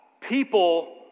people